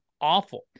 awful